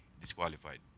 disqualified